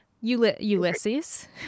Ulysses